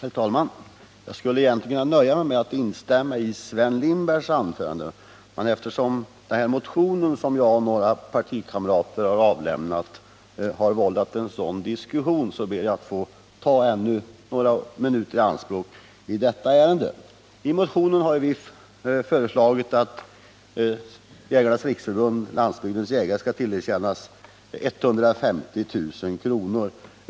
Herr talman! Jag skulle egentligen kunna nöja mig med att instämma i Sven Lindbergs anförande. Men eftersom den motion som jag och några partikamrater väckt har vållat en så livlig diskussion, ber jag att få ta ytterligare några minuter i anspråk för detta ärende. I motionen har vi föreslagit att Jägarnas riksförbund-Landsbygdens jägare skall tillerkännas 150 000 kr.